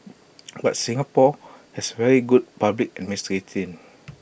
but Singapore has very good public administrating